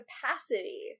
capacity